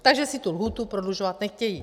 Takže si tu lhůtu prodlužovat nechtějí.